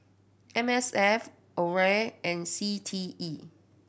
M S F AWARE and C T E